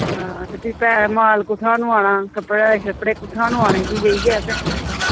ते हां भी माल कुत्थां नोआना कपड़े छपड़े कुत्थां नोआने भी इत्थें जाइयै ते